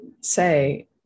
say